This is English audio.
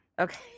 Okay